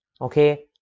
okay